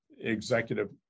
executive